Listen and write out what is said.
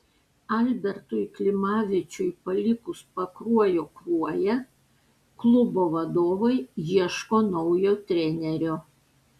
albertui klimavičiui palikus pakruojo kruoją klubo vadovai ieško naujo trenerio